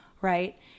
right